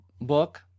book